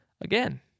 Again